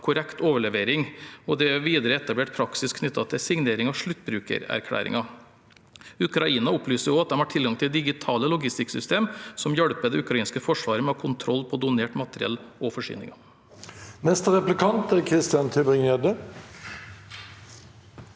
korrekt overlevering. Det er videre etablert praksis knyttet til signering av sluttbrukererklæringen. Ukraina opplyser også at de har tilgang til digitale logistikksystemer som hjelper det ukrainske forsvaret med å ha kontroll på donert materiell og forsyninger.